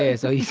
yeah, so yeah